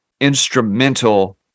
instrumental